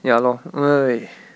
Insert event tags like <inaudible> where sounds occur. ya lor <noise>